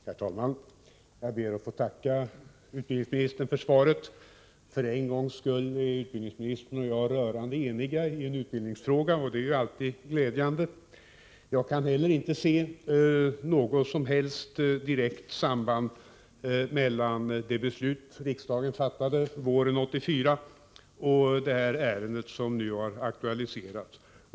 Herr talman! Jag ber att få tacka utbildningsministern för svaret. För en gångs skull är utbildningsministern och jag rörande eniga i en utbildningsfråga, och det är glädjande. Inte heller jag kan se något som helst direkt samband mellan det beslut som riksdagen fattade våren 1984 och det ärende som nu har aktualiserats.